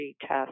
test